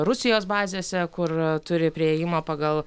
rusijos bazėse kur turi priėjimą pagal